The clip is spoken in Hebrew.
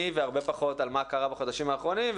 והרבה פחות על מה קרה בחודשים האחרונים,